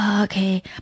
okay